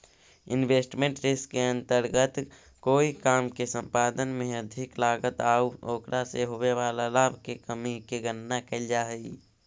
investment risk के अंतर्गत कोई काम के संपादन में अधिक लागत आउ ओकरा से होवे वाला लाभ के कमी के गणना कैल जा हई